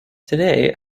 today